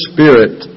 Spirit